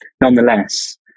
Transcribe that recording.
Nonetheless